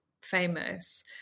famous